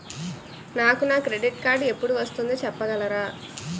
నాకు నా credit card ఎపుడు వస్తుంది చెప్పగలరా?